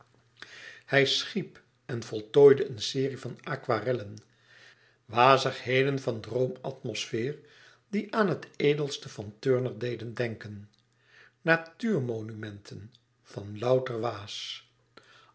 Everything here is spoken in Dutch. hij schiep en voltooide een serie van aquarellen wazigheden van droomatmosfeer die aan het edelste van turner deden denken natuurmomenten van louter waas